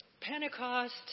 Pentecost